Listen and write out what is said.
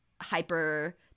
hyper